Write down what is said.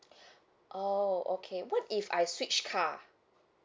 oh okay what if I switch car